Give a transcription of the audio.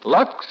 Lux